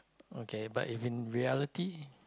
okay but if in reality